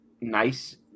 nice